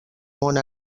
mont